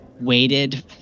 waited